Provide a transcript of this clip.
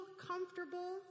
comfortable